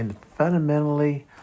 Fundamentally